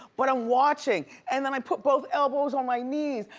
but i'm watching, and then i put both elbows on my knees,